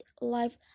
life